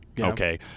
Okay